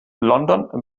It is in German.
london